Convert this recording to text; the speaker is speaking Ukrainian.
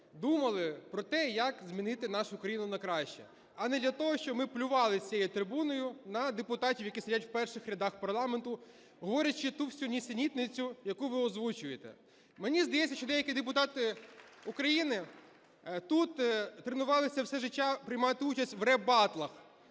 думали про те, як змінити нашу країну на краще, а не для того, щоб ми плювались з цієї трибуни на депутатів, які сидять в перших рядах парламенту, говорячи ту всю нісенітницю, яку ви озвучуєте. Мені здається, що деякі депутати України тут тренувалися все життя приймати участь в ребатлах,